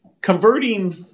converting